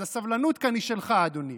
אז הסבלנות היא שלך, אדוני.